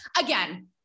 again